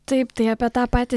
taip tai apie tą patį